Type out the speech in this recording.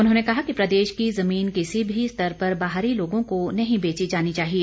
उन्होंने कहा कि प्रदेश की जमीन किसी भी स्तर पर बाहरी लोगों को नहीं बेची जानी चाहिए